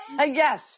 Yes